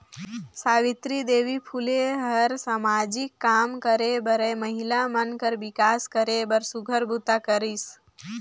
सावित्री देवी फूले ह हर सामाजिक काम करे बरए महिला मन कर विकास करे बर सुग्घर बूता करिस